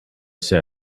said